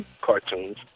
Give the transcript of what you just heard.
cartoons